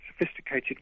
sophisticated